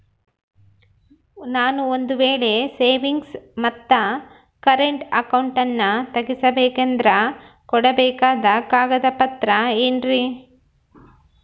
ನಾನು ಒಂದು ವೇಳೆ ಸೇವಿಂಗ್ಸ್ ಮತ್ತ ಕರೆಂಟ್ ಅಕೌಂಟನ್ನ ತೆಗಿಸಬೇಕಂದರ ಕೊಡಬೇಕಾದ ಕಾಗದ ಪತ್ರ ಏನ್ರಿ?